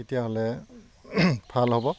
তেতিয়াহ'লে ভাল হ'ব